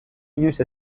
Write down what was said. inoiz